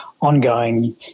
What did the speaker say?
ongoing